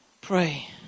Pray